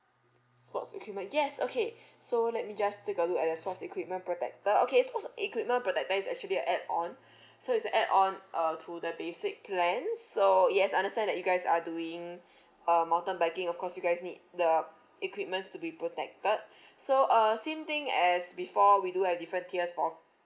sports equipment yes okay so let me just take a look at the sports equipment protector okay sports equipment protector is actually a add-on so it's a add-on uh to the basic plans so yes I understand that you guys are doing uh mountain biking of course you guys need the equipments to be protected so uh same thing as before we do have different tiers for